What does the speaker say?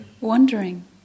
Wondering